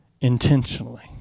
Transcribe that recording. Intentionally